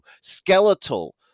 skeletal